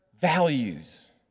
values